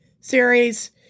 series